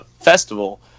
festival